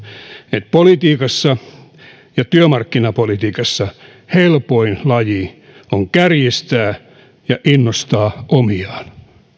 että politiikassa ja työmarkkinapolitiikassa helpoin laji on kärjistää ja innostaa omiaan